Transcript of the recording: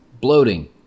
bloating